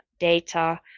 data